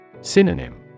Synonym